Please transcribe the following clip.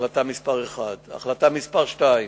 זו החלטה מס' 1. החלטה מס' 2,